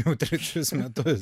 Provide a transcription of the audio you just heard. jau trečius metus